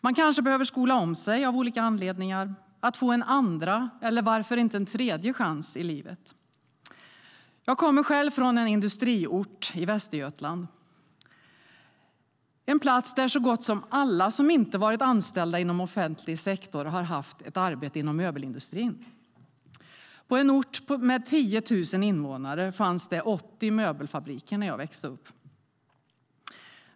Man kanske behöver skola om sig av olika anledningar för att få en andra eller varför inte en tredje chans i livet. Jag kommer själv från en industriort i Västergötland, en plats där så gott som alla som inte varit anställda inom offentlig sektor har haft ett arbete inom möbelindustrin. På en ort med 10 000 invånare fanns det 80 möbelfabriker när jag växte upp.